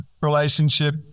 relationship